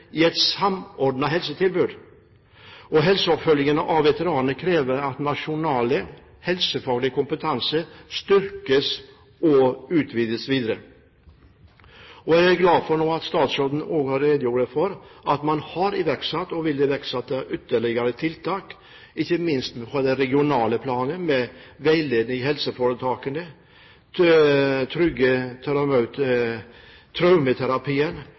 i et samordnet helsetilbud. Helseoppfølgingen av veteranene krever at nasjonal, helsefaglig kompetanse styrkes og utvikles videre. Jeg er glad for nå at statsråden også redegjorde for at man har iverksatt og vil iverksette ytterligere tiltak, ikke minst på det regionale planet, med veiledning i helseforetakene,